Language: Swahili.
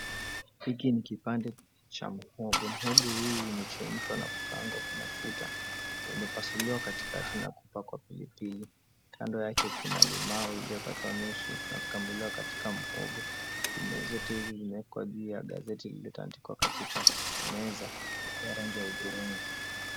Hiki ni kipande cha mhogo, mhogo huu umechemshwa na kukaangwa kwa mafuta, umepasuliwa katikati na kupakwa pilipili. Kando yake kuna limau lililokatwa nusu na kukamuliwa katika mhogo. Imeoziteli limewekwa juu ya gazeti lililotandikwa katika meza ya rangi ya hudhurungi.